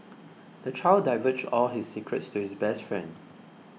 the child divulged all his secrets to his best friend